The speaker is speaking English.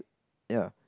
ya